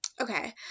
Okay